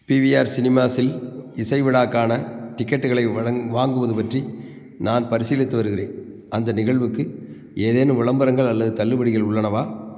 PVR சினிமாஸில் இசை விழாக்கான டிக்கெட்டுகளை வழங் வாங்குவது பற்றி நான் பரிசீலித்து வருகிறேன் அந்த நிகழ்வுக்கு ஏதேனும் விளம்பரங்கள் அல்லது தள்ளுபடிகள் உள்ளனவா